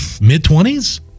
mid-twenties